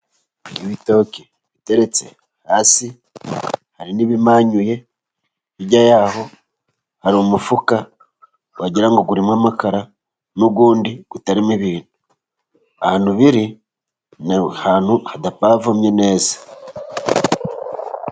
Ibitoki biteretse hasi, hari n'ibimanyuye hirya yaho hari umufuka wagira ngo urimo amakara, n'uwundi utarimo ibintu, ahantu biri ni ahantu hadapavomye neza.